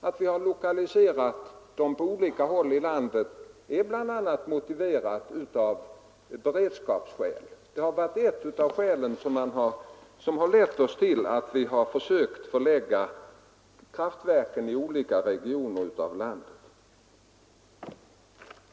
Att vi har lokaliserat atomkraftverken till olika delar av landet är ju motiverat av beredskapsskäl.